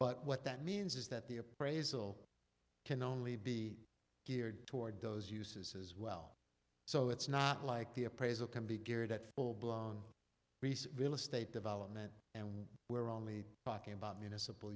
but what that means is that the appraisal can only be geared toward those uses as well so it's not like the appraisal can be geared at full blown research real estate development and we're only talking about municipal